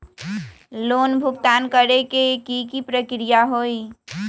Loan भुगतान करे के की की प्रक्रिया होई?